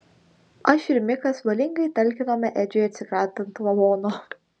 aš ir mikas valingai talkinome edžiui atsikratant lavono